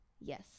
yes